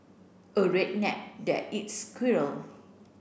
a redneck that eats squirrel